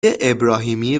ابراهیمی